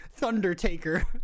Thundertaker